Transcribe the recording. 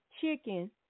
chicken